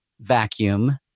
vacuum